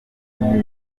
radiyo